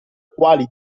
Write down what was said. quali